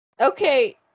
Okay